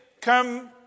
come